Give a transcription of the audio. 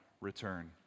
return